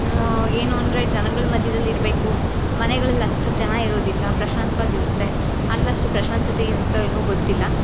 ಏನು ಅಂದರೆ ಜನಗಳ ಮಧ್ಯದಲ್ಲಿ ಇರಬೇಕು ಮನೆಗಳಲ್ಲಿ ಅಷ್ಟು ಜನ ಇರೋದಿಲ್ಲ ಪ್ರಶಾಂತವಾಗಿ ಇರುತ್ತೆ ಅಲ್ಲಷ್ಟು ಪ್ರಶಾಂತತೆ ಇರುತ್ತೊ ಇಲ್ಲವೋ ಗೊತ್ತಿಲ್ಲ